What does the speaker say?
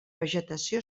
vegetació